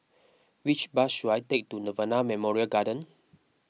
which bus should I take to Nirvana Memorial Garden